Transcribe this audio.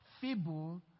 Feeble